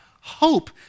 hope